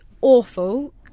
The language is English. awful